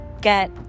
get